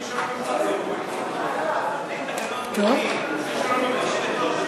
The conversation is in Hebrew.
מי שלא נמצא פה, גברתי היושבת-ראש,